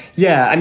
yeah, and